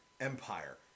Empire